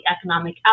economic